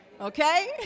okay